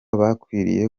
bakwiriye